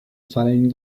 fallen